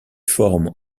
forme